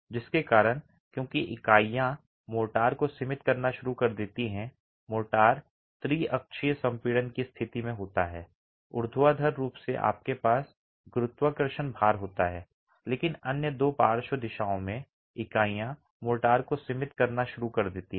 जिसके कारण क्योंकि इकाइयां मोर्टार को सीमित करना शुरू कर देती हैं मोर्टार त्रिअक्षीय संपीड़न की स्थिति में होता है ऊर्ध्वाधर रूप से आपके पास गुरुत्वाकर्षण भार होता है लेकिन अन्य दो पार्श्व दिशाओं में इकाइयां मोर्टार को सीमित करना शुरू कर देती हैं